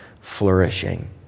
flourishing